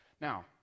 Now